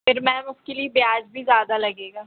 लेकिन मैं उसके लिए ब्याज भी ज़्यादा लगेगा